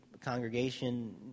congregation